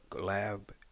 lab